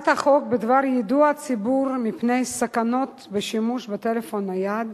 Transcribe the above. הצעת החוק בדבר יידוע הציבור על סכנות בשימוש בטלפון נייד